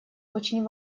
очень